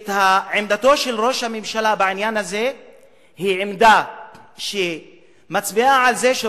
שעמדתו של ראש הממשלה בעניין הזה היא עמדה שמצביעה על זה שהוא,